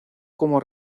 como